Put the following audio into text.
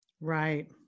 Right